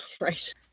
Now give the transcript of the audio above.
right